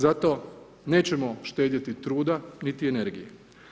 Zato nećemo štedjeti truda niti energije.